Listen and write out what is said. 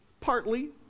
Partly